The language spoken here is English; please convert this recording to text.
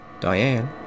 Diane